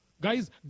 Guys